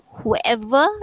whoever